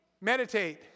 Meditate